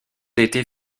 d’été